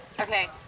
okay